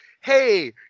hey